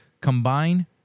combine